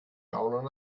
gaunern